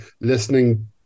listening